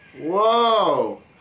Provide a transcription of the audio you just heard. Whoa